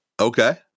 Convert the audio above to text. Okay